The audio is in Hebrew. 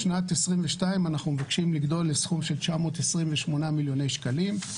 בשנת 2022 אנחנו מבקשים לגדול לסכום של 928 מיליון שקלים.